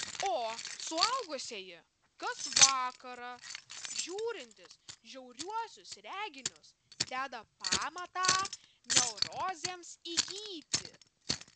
o suaugusieji kas vakarą žiūrintys žiauriuosius reginius deda pamatą neurozėms įgyti